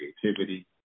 creativity